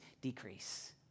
decrease